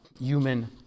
human